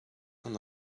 and